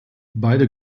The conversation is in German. beide